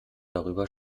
darüber